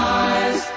eyes